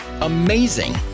Amazing